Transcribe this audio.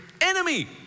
enemy